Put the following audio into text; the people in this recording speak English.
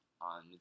on